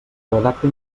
redacta